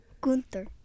Gunther